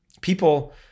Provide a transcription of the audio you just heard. People